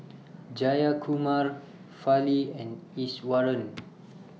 Jayakumar Fali and Iswaran